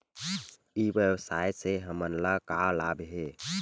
ई व्यवसाय से हमन ला का लाभ हे?